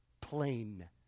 plain